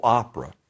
opera